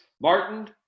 Martin